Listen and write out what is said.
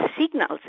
signals